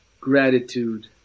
gratitude